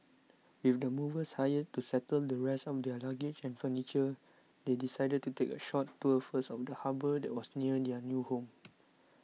with the movers hired to settle the rest of their luggage and furniture they decided to take a short tour first of the harbour that was near their new home